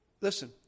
Listen